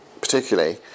particularly